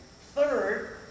Third